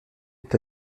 est